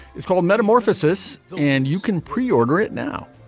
it's called metamorphosis and you can preorder it now.